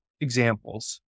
examples